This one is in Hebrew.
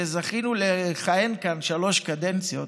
שזכינו לכהן כאן שלוש קדנציות,